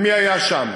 ומי היה שם.